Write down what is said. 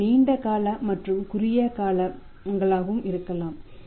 அவை நீண்ட கால மற்றும் குறுகிய காலமாகவும் இருக்கலாம்